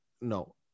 No